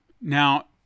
Now